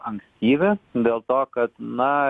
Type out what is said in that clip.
ankstyvi dėl to kad na